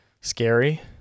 scary